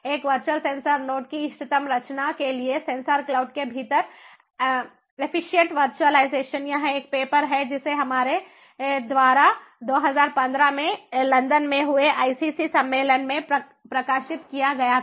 एक virtual sensor node की इष्टतम रचना के लिए सेंसर क्लाउड के भीतर एफिशिएंट वर्चुअलाइजेशनयह एक पेपर है जिसे हमारे द्वारा 2015 में लंदन में हुए ICC सम्मेलन में प्रकाशित किया गया था